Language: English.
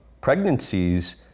Pregnancies